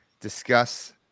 discuss